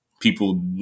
people